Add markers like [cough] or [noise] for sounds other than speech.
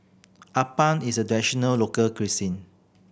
appam is a [unintelligible] local cuisine